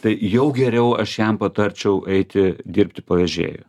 tai jau geriau aš jam patarčiau eiti dirbti pavežėju